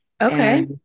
Okay